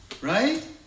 right